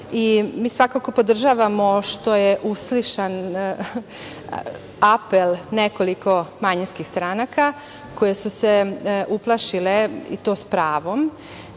svakako podržavamo što je uslišen apel nekoliko manjinskih stranaka koje su se uplašile, s pravom,